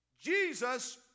Jesus